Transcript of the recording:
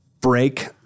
break